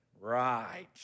Right